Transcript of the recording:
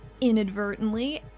inadvertently